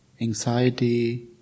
anxiety